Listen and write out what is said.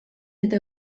eta